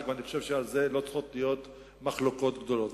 ואני חושב שעל זה לא צריכות להיות מחלוקות גדולות.